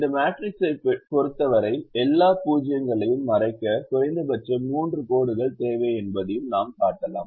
இந்த மேட்ரிக்ஸைப் பொறுத்தவரை எல்லா 0 களையும் மறைக்க குறைந்தபட்சம் மூன்று கோடுகள் தேவை என்பதையும் நாம் காட்டலாம்